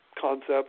concept